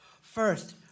First